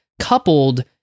coupled